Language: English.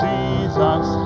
Jesus